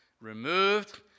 removed